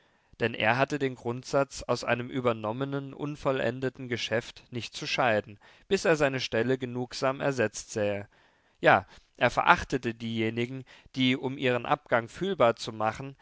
denn er hatte den grundsatz aus einem übernommenen unvollendeten geschäft nicht zu scheiden bis er seine stelle genugsam ersetzt sähe ja er verachtete diejenigen die um ihren abgang fühlbar zu machen